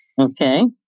okay